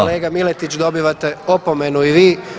Kolega Miletić, dobivate opomenu i vi.